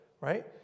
right